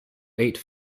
ate